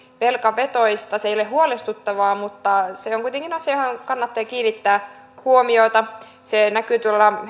velkavetoista se ei ole huolestuttavaa mutta se on kuitenkin asia johon kannattaa kiinnittää huomiota se näkyy